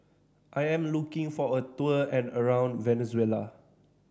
I am looking for a tour around Venezuela